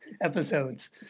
episodes